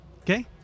Okay